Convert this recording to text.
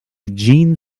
gene